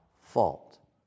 fault